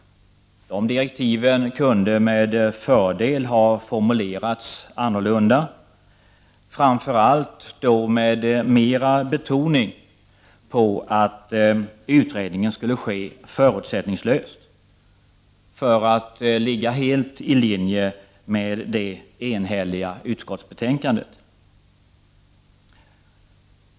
De direktiven kunde med fördel ha formulerats annorlunda, framför allt kunde de ha innehållit en starkare betoning av att utredningen skulle ske förutsättningslöst för att ligga helt i linje med det enhälliga utskottsbetänkandet.